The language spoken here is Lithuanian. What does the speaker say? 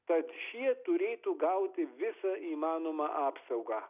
tad šie turėtų gauti visą įmanomą apsaugą